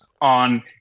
on